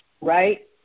Right